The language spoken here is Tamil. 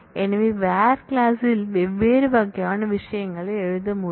எனவே வேர் கிளாஸ் ல் வெவ்வேறு வகையான விஷயங்களை எழுத முடியும்